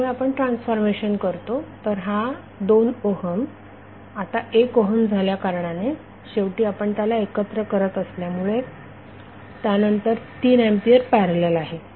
त्यामुळे आपण ट्रान्सफॉर्मेशन करतो तर हा 2 ओहम आता 1 ओहम झाल्याकारणाने शेवटी आपण त्याला एकत्र करत असल्यामुळे त्यानंतर 3 एंपियर पॅरलल आहे